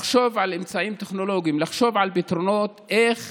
לחשוב על אמצעים טכנולוגיים, לחשוב על פתרונות איך